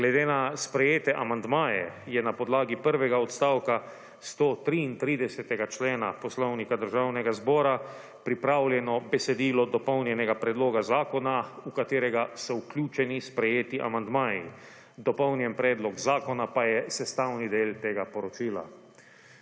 Glede na sprejete amandmaje je na podlagi prvega odstavka 133. člena Poslovnika Državnega zbora pripravljeno besedilo dopolnjenega predloga zakona v katerega so vključeni sprejeti amandmaji. Dopolnjen predlog zakona pa je sestavni del tega poročila.